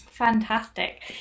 fantastic